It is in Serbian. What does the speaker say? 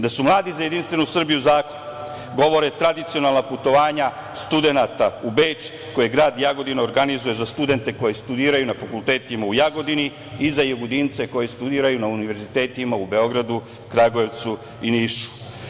Da su mladi za JS zakon govore tradicionalna putovanja studenata u Beč koje grad Jagodina organizuje za studente koji studiraju na fakultetima u Jagodini i za Jagodince koji studiraju na univerzitetima u Beogradu, Kragujevcu i Nišu.